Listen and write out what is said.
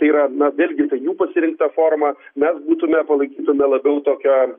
tai yra na vėlgi tai jų pasirinkta forma mes būtume palaikytume labiau tokią